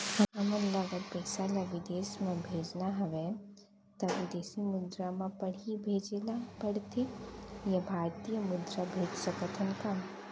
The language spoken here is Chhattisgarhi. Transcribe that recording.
हमन ला अगर पइसा ला विदेश म भेजना हवय त विदेशी मुद्रा म पड़ही भेजे ला पड़थे या भारतीय मुद्रा भेज सकथन का?